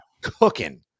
cooking